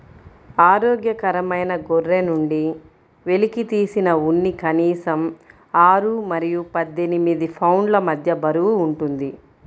ఆరోగ్యకరమైన గొర్రె నుండి వెలికితీసిన ఉన్ని కనీసం ఆరు మరియు పద్దెనిమిది పౌండ్ల మధ్య బరువు ఉంటుంది